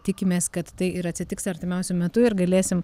tikimės kad tai ir atsitiks artimiausiu metu ir galėsim